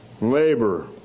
labor